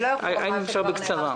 אם אפשר בקצרה.